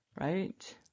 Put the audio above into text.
Right